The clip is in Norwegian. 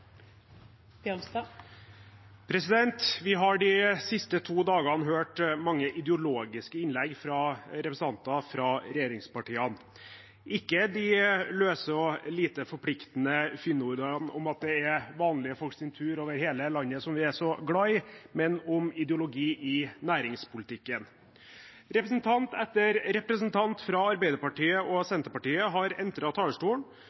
har vi hørt mange ideologiske innlegg fra representanter fra regjeringspartiene – ikke de løse og lite forpliktende fyndordene om at det er vanlige folks tur over hele landet som vi er så glad i, men om ideologi i næringspolitikken. Representant etter representant fra Arbeiderpartiet og Senterpartiet har entret talerstolen